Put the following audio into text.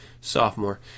sophomore